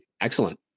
excellent